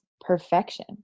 perfection